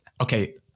okay